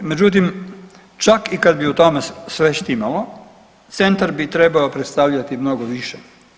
Međutim, čak i kad bi u tome sve štimalo, centar bi trebao predstavljati mnogo više.